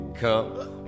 come